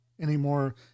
anymore